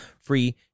free